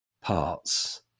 parts